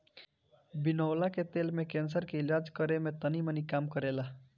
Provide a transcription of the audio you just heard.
बिनौला के तेल कैंसर के इलाज करे में तनीमनी काम करेला